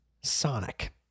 sonic